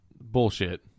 Bullshit